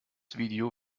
video